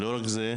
מעבר לזה,